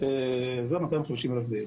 - זה 250 אלף ביום.